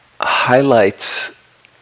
highlights